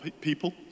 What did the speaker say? people